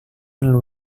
lalu